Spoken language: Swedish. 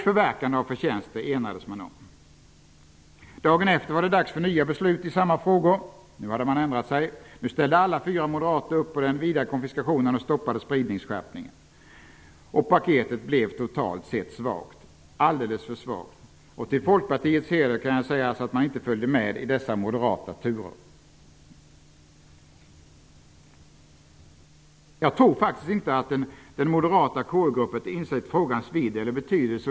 Förverkande av förtjänster enades man om. Dagen efter var det dags för nya beslut i samma frågor. Nu hade man ändrat sig. Nu ställde alla fyra moderaterna upp på den vida konfiskationen och stoppade spridningsskärpningen. Paketet blev totalt sett alldeles för svagt. Till Folkpartiets heder skall sägas att man inte följde med i dessa moderata turer. Jag tror faktiskt att den moderata KU-gruppen inte har insett frågans vidd och betydelse.